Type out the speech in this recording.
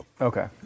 Okay